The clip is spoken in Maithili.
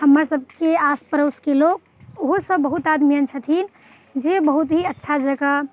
हमरा सबके आस पड़ोसके लोक ओहो सब बहुत आदमी एहन छथिन जे बहुत ही अच्छा जकाँ